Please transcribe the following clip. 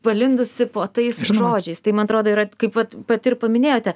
palindusi po tais žodžiais tai man atrodo yra kaip vat pati ir paminėjote